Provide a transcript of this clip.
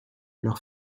leurs